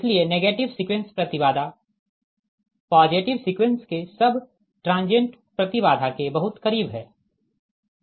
इसलिए negative sequence प्रति बाधा पॉजिटिव सीक्वेंस के सब ट्रांजिएंट प्रति बाधा के बहुत करीब है